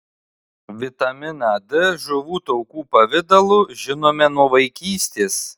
vitaminą d žuvų taukų pavidalu žinome nuo vaikystės